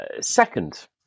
second